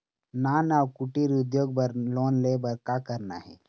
नान अउ कुटीर उद्योग बर लोन ले बर का करना हे?